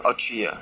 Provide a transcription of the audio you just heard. orh three ah